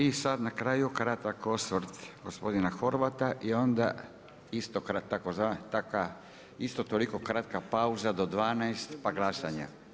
I sad na kraju kratak osvrt gospodina Horvata i onda isto toliko kratka pauza do 12,00 pa glasanje.